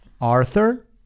Arthur